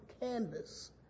canvas